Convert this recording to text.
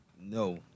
No